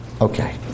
Okay